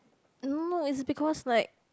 no it's because like